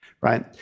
right